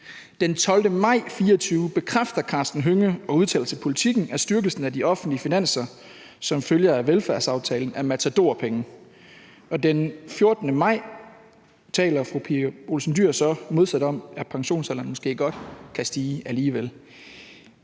Den 12. maj 2024 bekræfter Karsten Hønge og udtaler til Politiken, at styrkelsen af de offentlige finanser som følge af velfærdsaftalen er matadorpenge. Den 14. maj taler fru Pia Olsen Dyhr så modsat om, at pensionsalderen måske godt kan stige alligevel.